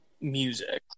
music